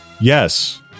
Yes